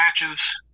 matches